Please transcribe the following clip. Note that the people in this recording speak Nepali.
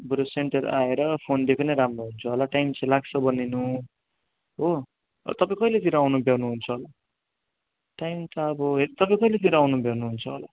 बरू सेन्टर आएर फोन दिएको नै राम्रो हुन्छ होला टाइम चाहिँ लाग्छ बनिनु हो तपाईँ कहिलेतिर आउनु भ्याउनुहुन्छ होला टाइम त अब तपाईँ कहिलेतिर आउनु भ्याउनुहुन्छ होला